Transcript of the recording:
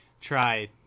Try